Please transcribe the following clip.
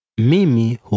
Mimi